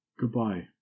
Goodbye